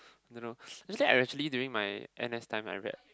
don't know actually I actually during my N_S time I read